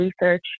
research